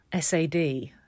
SAD